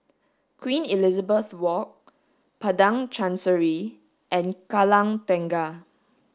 Queen Elizabeth Walk Padang Chancery and Kallang Tengah